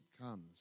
comes